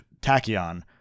tachyon